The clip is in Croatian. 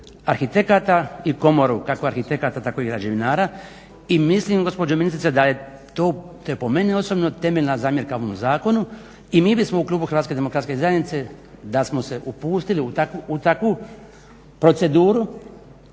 arhitekata i komoru kako arhitekata tako i građevinara. I mislim gospođo ministrice da je to, to je po meni osobno temeljna zamjerka ovom zakonu. I mi bismo u Klubu Hrvatske Demokratske Zajednice da smo se upustili u takvu proceduru